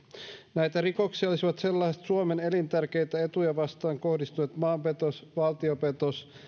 näitä rikoksia olisivat suomen elintärkeitä etuja vastaan kohdistuneet maanpetos valtiopetos